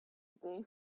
they